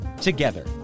together